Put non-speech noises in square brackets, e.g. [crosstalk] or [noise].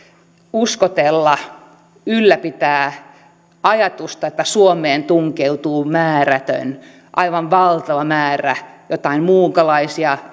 uskotella ylläpitää ajatusta että suomeen tunkeutuu määrätön aivan valtava määrä jotain muukalaisia [unintelligible]